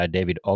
David